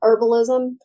herbalism